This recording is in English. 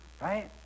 right